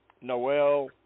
Noel